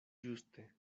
ĝuste